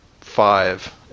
five